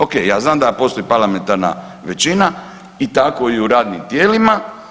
O.k. Ja znam da postoji parlamentarna većina i tako i u radnim tijelima.